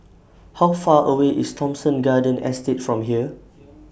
How Far away IS Thomson Garden Estate from here